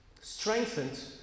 strengthened